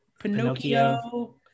Pinocchio